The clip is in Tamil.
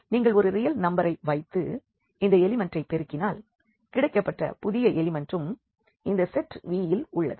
நீங்கள் ஒரு ரியல் நம்பரை வைத்து இந்த எலிமண்டை பெருக்கினால் கிடைக்கப்பெற்ற புதிய எலிமண்ட்டும் இந்த செட் V இல் உள்ளது